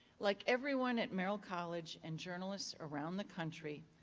like everyone at merrill college and journalists around the country,